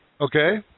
Okay